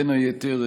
בין היתר,